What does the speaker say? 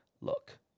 look